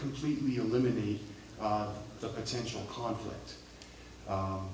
completely eliminate the potential conflict